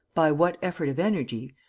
by what effort of energy,